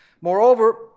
Moreover